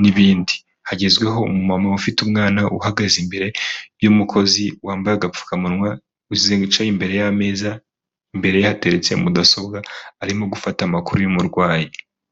n'ibindi. Hagezweho umumama ufite umwana uhagaze imbere y'umukozi wambaye agapfukamunwa, wicaye imbere y'ameza imbere y'ameza, imbere ye hateretse mudasobwa, arimo gufata amakuru y'umurwayi.